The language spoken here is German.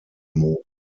monats